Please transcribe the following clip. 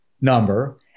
number